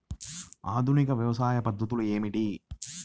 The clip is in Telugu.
ఆధునిక వ్యవసాయ పద్ధతులు ఏమిటి?